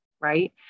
right